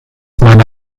meine